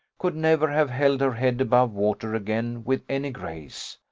could never have held her head above water again with any grace.